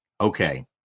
okay